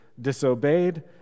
disobeyed